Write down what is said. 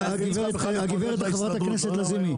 הגברת חברת הכנסת לזימי,